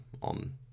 on